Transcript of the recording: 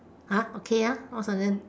uh okay ah most of them